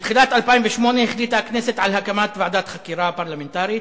בתחילת 2008 החליטה הכנסת על הקמת ועדת חקירה פרלמנטרית.